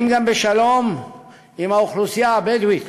וחיים בשלום גם עם האוכלוסייה הבדואית